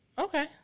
Okay